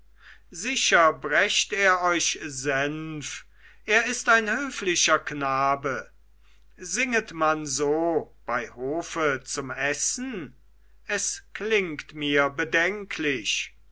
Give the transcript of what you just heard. sicher brächt er euch senf er ist ein höflicher knabe singet man so bei hofe zum essen es klingt mir bedenklich